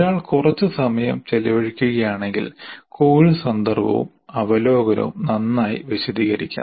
ഒരാൾ കുറച്ച് സമയം ചെലവഴിക്കുകയാണെങ്കിൽ കോഴ്സ് സന്ദർഭവും അവലോകനവും നന്നായി വിശദീകരിക്കാം